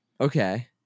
Okay